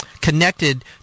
connected